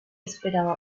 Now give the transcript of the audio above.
esperaba